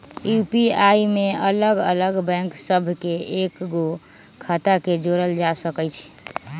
UPI में अलग अलग बैंक सभ के कएगो खता के जोड़ल जा सकइ छै